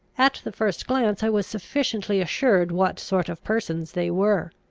at the first glance i was sufficiently assured what sort of persons they were.